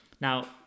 Now